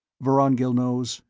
vorongil knows,